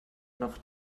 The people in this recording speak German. noch